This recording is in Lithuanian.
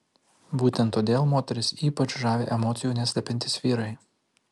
būtent todėl moteris ypač žavi emocijų neslepiantys vyrai